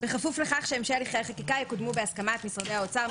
בכפוף לכך שהמשך הליכי החקיקה יקודמו בהסכמת משרדי האוצר,